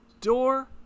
door